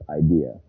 idea